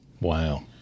Wow